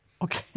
Okay